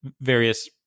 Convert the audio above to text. various